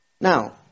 Now